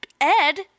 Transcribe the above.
Ed